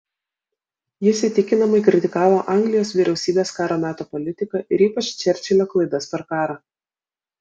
jis įtikinamai kritikavo anglijos vyriausybės karo meto politiką ir ypač čerčilio klaidas per karą